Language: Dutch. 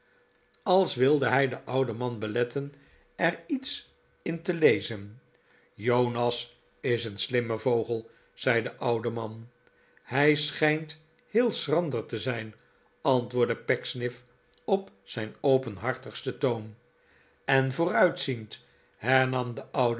als wilde hij den ouden man beletten er iets in te lezen jonas is een slimme vogel zei de oude man hij schijnt heel schrander te zijn antwoordde pecksniff op zijn operihartigsten toon en vooruitziend hernam de